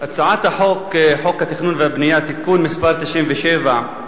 הצעת חוק התכנון והבנייה (תיקון מס' 97)